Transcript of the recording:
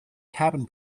cabin